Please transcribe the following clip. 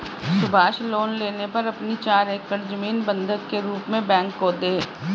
Subhash loan लेने पर अपनी चार एकड़ जमीन बंधक के रूप में बैंक को दें